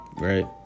right